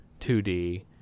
2d